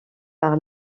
par